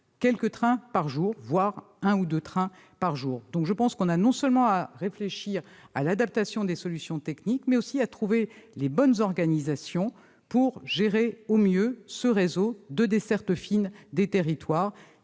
quelques trains par jour- jusqu'à un ou deux trains. Il faut non seulement réfléchir à l'adaptation des solutions techniques, mais aussi trouver les bonnes organisations pour gérer au mieux ce réseau de desserte fine des territoires